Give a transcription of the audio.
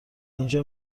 اینجا